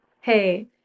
hey